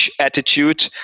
attitude